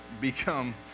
become